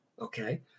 okay